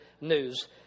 news